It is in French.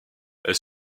elle